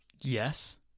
Yes